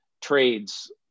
trades